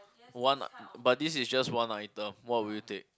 one lah but this is just one item what would you take